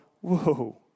whoa